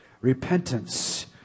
repentance